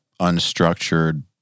unstructured